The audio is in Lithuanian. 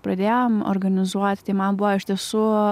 pradėjom organizuoti tai man buvo iš tiesų